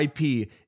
IP